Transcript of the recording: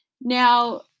Now